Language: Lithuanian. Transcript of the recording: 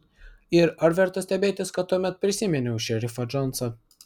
ir ar verta stebėtis kad tuomet prisiminiau šerifą džonsą